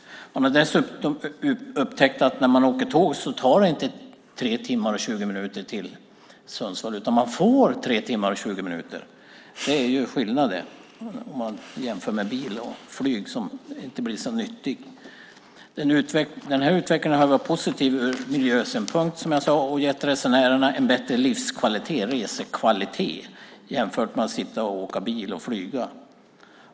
Man har dessutom upptäckt att när man åker tåg så tar det inte 3 timmar och 20 minuter till Sundsvall, utan man får 3 timmar och 20 minuter. Det är skillnad, om man jämför med bil och flyg, som inte är så nyttigt. Den här utvecklingen har varit positiv ur miljösynpunkt, som jag sade, och gett resenärerna en bättre livskvalitet, resekvalitet, jämfört med att sitta och åka bil och flyga.